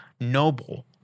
noble